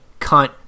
cunt